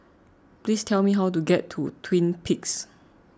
please tell me how to get to Twin Peaks